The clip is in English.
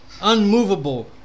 unmovable